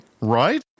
Right